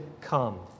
come